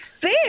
fair